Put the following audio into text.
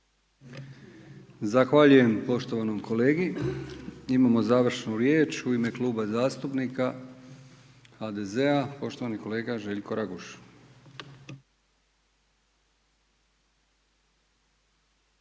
Zahvaljujem poštovanom kolegi. Imamo završnu riječ, u ime Kluba zastupnika HDZ-a poštovani kolega Željko Raguž.